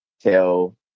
tell